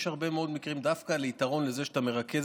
יש הרבה מאוד פעמים דווקא יתרון לזה שאתה מרכז